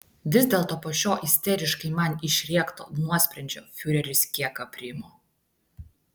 vis dėlto po šio isteriškai man išrėkto nuosprendžio fiureris kiek aprimo